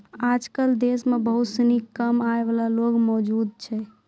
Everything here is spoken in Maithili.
आजकल देश म बहुत सिनी कम आय वाला लोग मौजूद छै